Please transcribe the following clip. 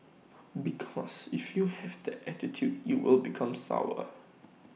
because if you have that attitude you will become sour